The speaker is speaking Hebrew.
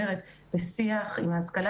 בשיח עם ההשכלה